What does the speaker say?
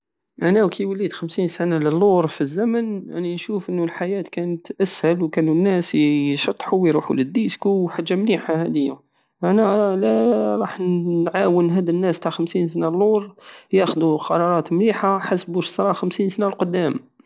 انا كي وليت خمسين سنة للور في الزمن راني نشوف انو الحياة كانت اسهل وكانو الناس يشطحو ويروحو لديسكو وحاجا مليحة هادية وانا راح نعاون هاد الناس ياخدو قرارات مليحة حسب واش صرا خمسين سنة للقدام